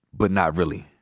but not really.